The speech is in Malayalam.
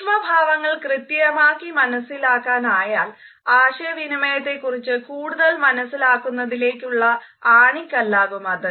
സൂക്ഷ്മഭാവങ്ങൾ കൃത്യമായി മനസിലാക്കാനായാൽ ആശയവിനിമയത്തെക്കുറിച്ചു കൂടുതൽ മനസിലാക്കുന്നതിലേക്കുള്ള ആണിക്കല്ലാകും അത്